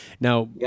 Now